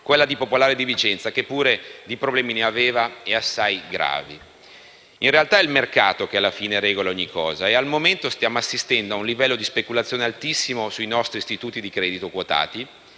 della Banca popolare di Vicenza, che pure di problemi ne aveva e assai ben più gravi. In realtà è il mercato che alla fine regola ogni cosa e al momento stiamo assistendo a un livello di speculazione altissimo sui nostri istituti di credito quotati,